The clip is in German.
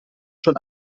schon